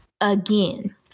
again